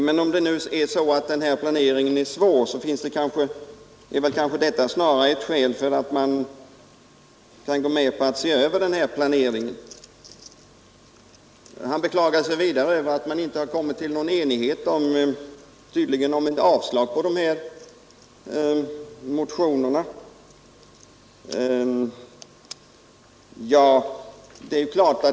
Men om planeringen nu är svår är det kanske snarare ett skäl till att se över planeringen Herr Ekström beklagade att man inte hade uppnått enighet — tydligen om avslag på motionerna.